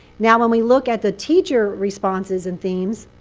now when we look at the teacher responses and themes,